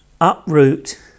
uproot